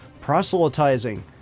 proselytizing